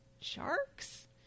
sharks